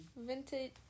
vintage